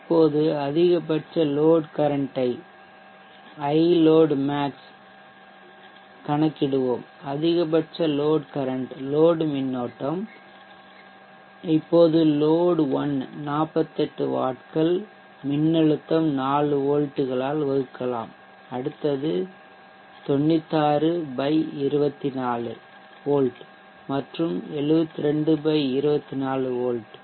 இப்போது அதிகபட்ச load current ஐ மின்னோட்டத்தைக் கணக்கிடுவோம் அதிகபட்ச லோட் கரன்ட் லோட் மின்னோட்டம் இப்போது லோட் 1 48 வாட்கள் மின்னழுத்தம் 4 வோல்ட்டுகளால் வகுக்கலாம் அடுத்தது 9624 வோல்ட் மற்றும் 72 24 வோல்ட்